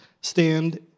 stand